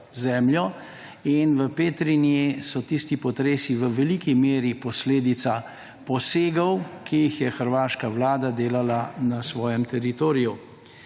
zemljo in v Petrinji so tisti potresi v veliki meri posledica posegov, ki jih je hrvaška vlada delala na svojem teritoriju.